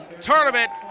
Tournament